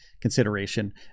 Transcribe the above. consideration